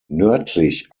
nördlich